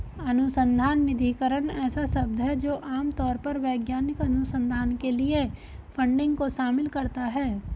अनुसंधान निधिकरण ऐसा शब्द है जो आम तौर पर वैज्ञानिक अनुसंधान के लिए फंडिंग को शामिल करता है